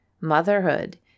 motherhood